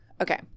Okay